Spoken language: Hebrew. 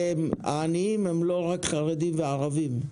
העניים הם לא רק חרדים וערבים.